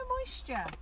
moisture